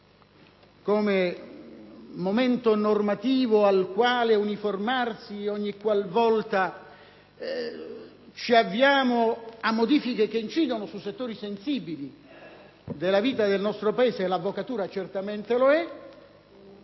come riferimento normativo cui uniformarci ogni qualvolta ci avviamo a modifiche che incidono su settori sensibili della vita del nostro Paese - e l'avvocatura certamente lo è